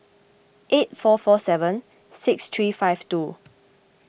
eight four four seven six three five two